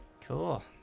Cool